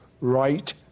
right